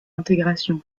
intégration